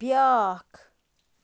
بیٛاکھ